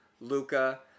Luca